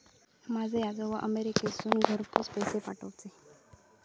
माझे आजोबा अमेरिकेतसून घरपोच पैसे पाठवूचे